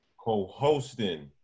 Co-hosting